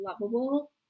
lovable